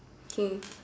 okay